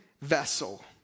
vessel